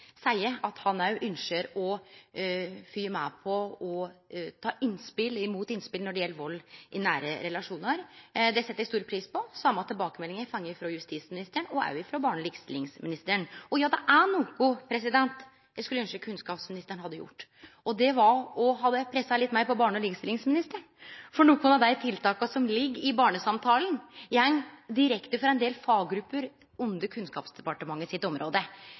at han òg ynskjer å følgje med på og ta imot innspel når det gjeld vald i nære relasjonar. Det set eg stor pris på. Den same tilbakemeldinga har eg fått frå justisministeren og òg ifrå barne- og likestillingsministeren. Og, ja, det er noko eg skulle ynskje kunnskapsministeren hadde gjort, og det var om han hadde pressa litt meir på barne- og likestillingsministeren! For nokon av dei tiltaka som ligg i barnesamtalane, går direkte frå ein del faggrupper under Kunnskapsdepartementets område.